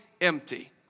empty